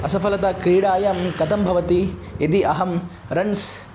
असफलता क्रीडायां कथं भवति यदि अहं रण्स्